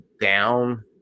down